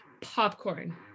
popcorn